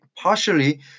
Partially